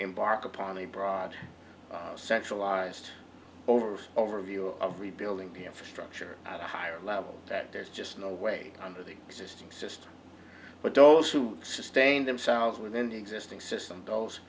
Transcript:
embark upon a broad centralized over overview of rebuilding the infrastructure at a higher level that there's just no way under the existing system but those who sustain themselves within the existing system